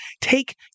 take